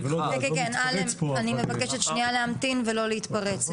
אני מבקשת שניה להמתין ולא להתפרץ,